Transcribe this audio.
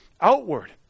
outward